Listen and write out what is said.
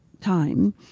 time